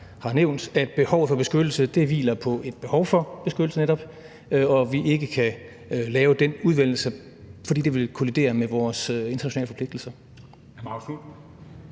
har nævnt, at behovet for beskyttelse netop hviler på et behov for beskyttelse, og at vi ikke kan lave den udvælgelse, fordi det ville kollidere med vores internationale forpligtelser.